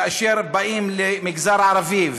כאשר באים למגזר הערבי.